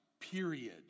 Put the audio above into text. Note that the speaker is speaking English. period